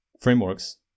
frameworks